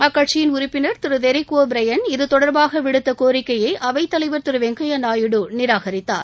அக்கட்சியின் உறுப்பினர் திரு தெரிக் ஒ ப்ரையன் இதுதொடர்பாக விடுத்த கோரிக்கையை அவைத்தலைவர் திரு வெங்கையா நாயுடு நிராகரித்தார்